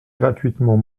gratuitement